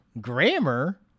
grammar